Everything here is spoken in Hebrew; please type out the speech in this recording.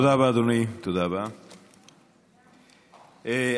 תודה רבה, אדוני.